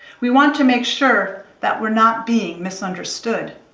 we want to make sure that we're not being misunderstood.